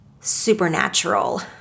supernatural